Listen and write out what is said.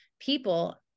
People